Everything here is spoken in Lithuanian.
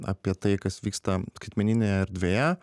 apie tai kas vyksta skaitmeninėje erdvėje